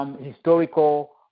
historical